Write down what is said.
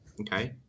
Okay